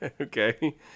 Okay